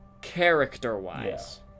character-wise